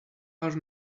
are